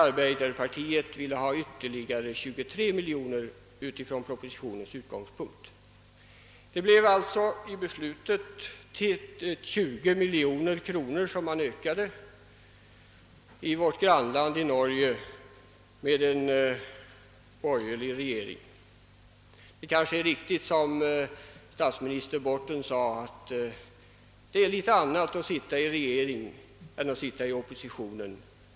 Arbeiderpartiet föreslog 23 miljoner kronor utöver vad som föreslagits i propositionen. Beslutet blev en ökning med 20 miljoner kronor. Detta skedde alltså i vårt grannland Norge med en borgerlig regering. Det kanske är riktigt som statsminister Borten sade att det är litet annorlunda att vara i regeringsställning än att vara i oppositionsställning.